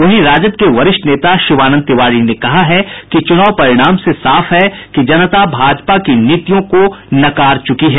वहीं राजद के वरिष्ठ नेता शिवानंद तिवारी ने कहा कि चुनाव परिणाम से साफ है कि जनता ने भाजपा की नीतियों को नकार दिया है